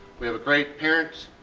we have a great parents,